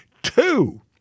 Two